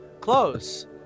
close